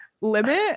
limit